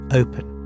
open